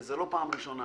וזה לא פעם ראשונה